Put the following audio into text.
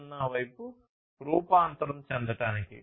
0 వైపు రూపాంతరం చెందడానికి